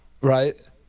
Right